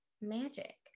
magic